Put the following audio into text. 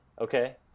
Okay